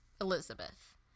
Elizabeth